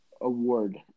award